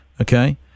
okay